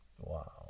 Wow